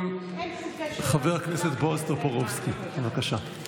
אחרון הדוברים, חבר הכנסת בועז טופורובסקי, בבקשה.